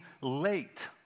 late